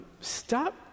stop